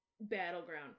battleground